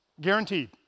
Guaranteed